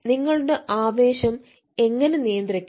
നിങ്ങളുടെ ആവേശം എങ്ങനെ നിയന്ത്രിക്കും